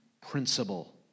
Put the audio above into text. principle